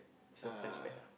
it's a flashback lah